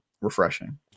refreshing